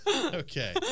Okay